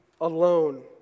alone